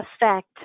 effect